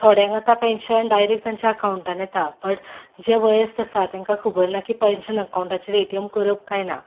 थोड्यांक आतां pension direct तांच्या अकांवटान येता बट जे वयस्थ आसा तांकां खबर ना की पेन्शन अकांवाचेर ए टी एम करप कांय ना